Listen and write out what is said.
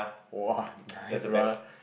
!wah! nice brother